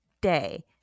day